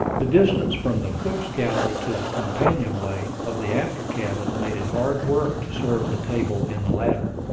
the distance from the cook's galley to the companion-way of the after cabin made it hard work to serve the table in the latter.